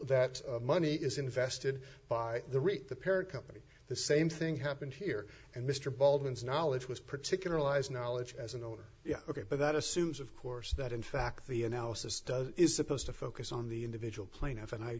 that money is invested by the rate the parent company the same thing happened here and mr baldwin's knowledge was particular lies knowledge as an owner yeah ok but that assumes of course that in fact the analysis does is supposed to focus on the individual plaintiff and i